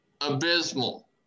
abysmal